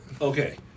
Okay